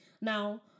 now